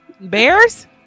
Bears